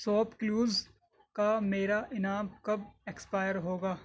shop clues کا میرا انعام کب ایکسپائر ہوگا